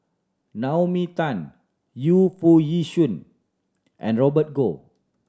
Naomi Tan Yu Foo Yee Shoon and Robert Goh